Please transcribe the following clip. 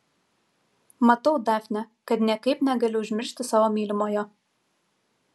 matau dafne kad niekaip negali užmiršti savo mylimojo